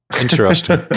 Interesting